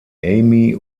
amy